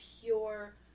pure